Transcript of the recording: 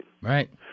Right